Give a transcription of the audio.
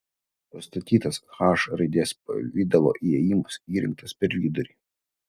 pastatytas h raidės pavidalo įėjimas įrengtas per vidurį